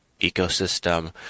ecosystem